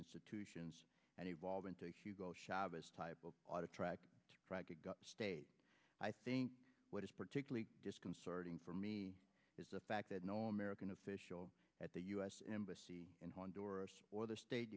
institutions and evolve into a hugo chavez type of audit track i think what is particularly disconcerting for me is the fact that no american official at the u s embassy in honduras or the state